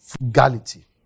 Frugality